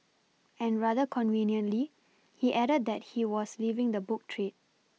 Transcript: and rather conveniently he added that he was leaving the book trade